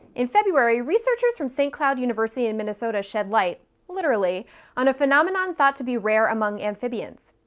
in february, researchers from st. cloud university in minnesota shed light literally on a phenomenon thought to be rare among amphibians.